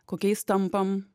kokiais tampam